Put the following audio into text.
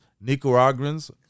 Nicaraguans